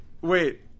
wait